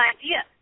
idea